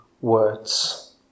words